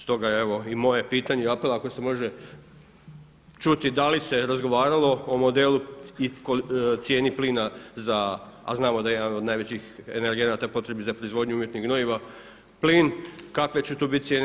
Stoga evo moje pitanje i apel ako se može čuti da li se razgovaralo o modelu i cijeni plina za, a znamo da je jedan od najvećih energenata potrebnih za proizvodnju umjetnih gnojiva plin, kakve će to biti cijene.